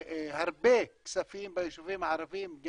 הרבה כספים ביישובים הערביים,